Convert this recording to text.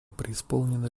преисполнена